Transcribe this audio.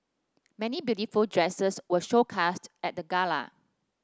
many beautiful dresses were showcased at the Gala